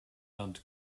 and